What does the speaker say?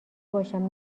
باشم